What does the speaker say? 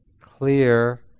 clear